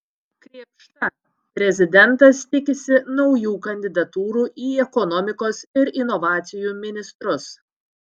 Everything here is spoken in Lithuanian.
krėpšta prezidentas tikisi naujų kandidatūrų į ekonomikos ir inovacijų ministrus